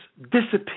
disappear